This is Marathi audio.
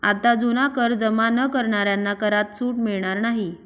आता जुना कर जमा न करणाऱ्यांना करात सूट मिळणार नाही